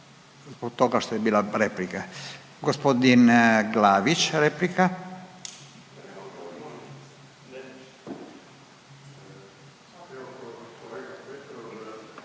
zbog toga što je bila replika. Gospodin Glavić replika.